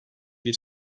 bir